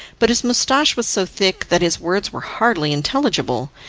but his moustache was so thick that his words were hardly intelligible,